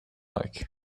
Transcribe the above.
like